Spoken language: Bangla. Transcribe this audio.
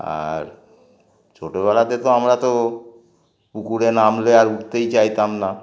আর ছোটোবেলাতে তো আমরা তো পুকুরে নামলে আর উঠতেই চাইতাম না